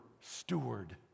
steward